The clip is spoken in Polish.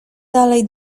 dalej